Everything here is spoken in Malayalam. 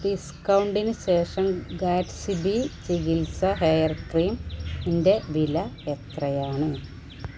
ഡിസ്ക്കൗണ്ടിന് ശേഷം ഗാറ്റ്സ്ബി ചികിത്സ ഹെയർ ക്രീമിന്റെ വില എത്രയാണ്